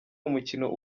umukino